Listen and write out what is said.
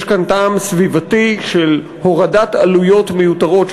ויש כאן טעם סביבתי של הורדת עלויות מיותרות,